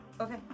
Okay